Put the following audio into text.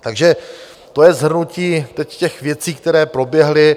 Takže to je shrnutí teď těch věcí, které proběhly.